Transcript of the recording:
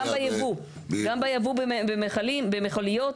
גם בייבוא במכליות,